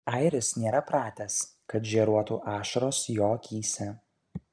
airis nėra pratęs kad žėruotų ašaros jo akyse